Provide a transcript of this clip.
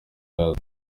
yazo